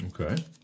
Okay